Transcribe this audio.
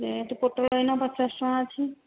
rate ପୋଟଳ ଏଇନା ପଚାଶ ଟଙ୍କା ଅଛି